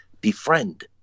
befriend